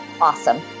awesome